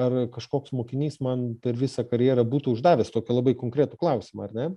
ar kažkoks mokinys man per visą karjerą būtų uždavęs tokį labai konkretų klausimą ar ne